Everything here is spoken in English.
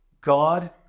God